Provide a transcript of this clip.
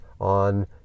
on